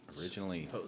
Originally